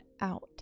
out